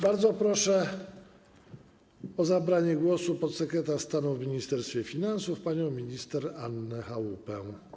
Bardzo proszę o zabranie głosu podsekretarz stanu w Ministerstwie Finansów panią minister Annę Chałupę.